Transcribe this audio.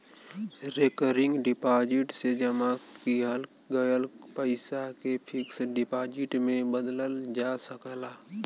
recurring deposit से जमा किहल गयल पइसा के फिक्स डिपाजिट में बदलल जा सकला